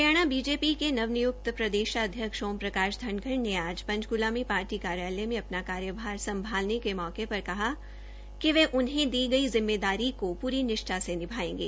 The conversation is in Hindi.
हरियाणा बीजेपी के नव नियुक्त प्रदेशाध्यक्ष ओम प्रकाश धनखड़ ने आज पंचकूला में पार्टी कार्यालय में अपना कार्यभार संभालने के मौके पर कहा कि वे उन्हीं दी गई जिम्मेदारी को पूरी निष्ठा से निभायेंगे